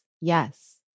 Yes